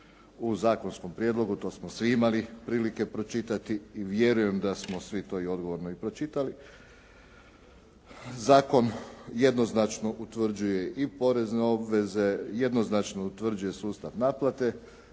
u zakonskom prijedlogu, to smo svi imali prilike pročitati i vjerujem da smo svi to i odgovorno i pročitali. Zakon jednoznačno utvrđuje i porezne obveze, jednoznačno utvrđuje sustav naplate,